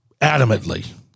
adamantly